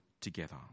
together